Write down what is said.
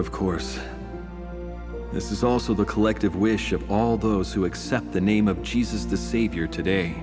of course this is also the collective wish of all those who accept the name of jesus the savior today